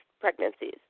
pregnancies